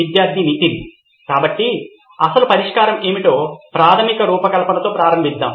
విద్యార్థి నితిన్ కాబట్టి అసలు పరిష్కారం ఏమిటో ప్రాథమిక రూపకల్పనతో ప్రారంభిద్దాం